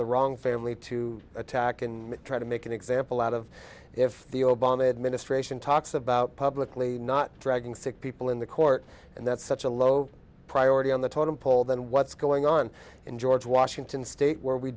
the wrong fairly to attack and try to make an example out of if the obama administration talks about publicly not dragging sick people in the court and that's such a low priority on the totem pole than what's going on in george washington state where we